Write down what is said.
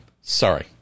Sorry